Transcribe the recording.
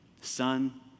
Son